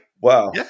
Wow